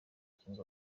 kunga